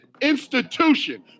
institution